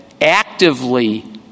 actively